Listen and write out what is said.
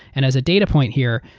and as a data point here,